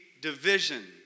division